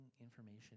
information